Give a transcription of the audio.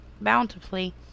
bountifully